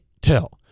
tell